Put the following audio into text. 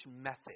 method